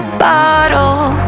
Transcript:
bottle